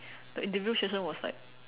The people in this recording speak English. the interview session was like